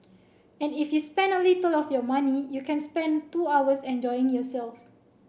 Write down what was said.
and if you spend a little of your money you can spend two hours enjoying yourself